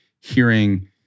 hearing